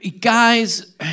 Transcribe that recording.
Guys